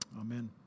Amen